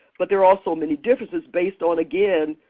but there are also many differences based on, again,